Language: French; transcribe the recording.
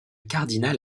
cardinal